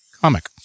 comic